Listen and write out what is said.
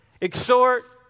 exhort